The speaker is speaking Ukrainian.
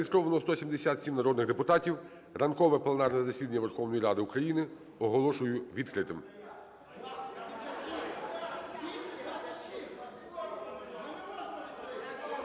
Зареєстровано 229 народних депутатів. Ще раз, ранкове пленарне засідання Верховної Ради України оголошую відкритим.